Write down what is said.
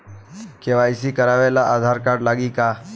KYC करावे ला Aadhaar card लागी का?